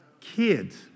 kids